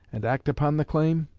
and act upon the claim?